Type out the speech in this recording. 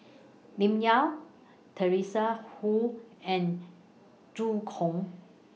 Lim Yau Teresa Hsu and Zhu Hong